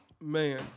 Man